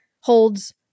holds